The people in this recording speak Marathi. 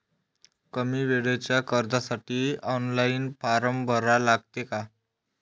कमी वेळेच्या कर्जासाठी ऑनलाईन फारम भरा लागते का?